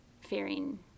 fearing